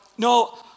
No